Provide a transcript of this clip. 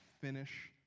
finish